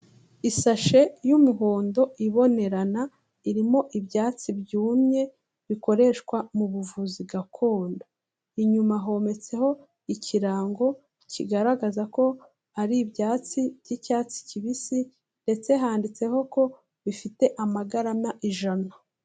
Isashe y'umuhondo ibonerana, irimo ibyatsi byumye bikoreshwa mu buvuzi gakondo. Inyuma hometseho ikirango kigaragaza ko ari ibyatsi by'icyatsi kibisi ndetse handitseho ko bifite amagarama ijana.